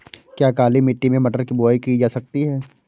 क्या काली मिट्टी में मटर की बुआई की जा सकती है?